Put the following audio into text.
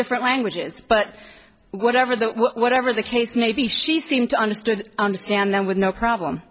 different languages but whatever the whatever the case may be she seemed to understood understand then with no problem